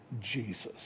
Jesus